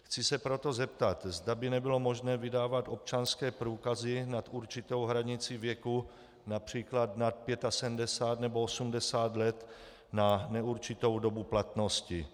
Chci se proto zeptat, zda by nebylo možné vydávat občanské průkazy nad určitou hranici věku, například nad 75 nebo 80 let, na neurčitou dobu platnosti.